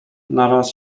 naraz